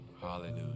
Hallelujah